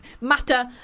matter